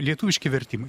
lietuviški vertimai